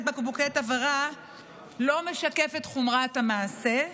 בקבוקי תבערה לא משקף את חומרת המעשה,